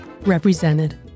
represented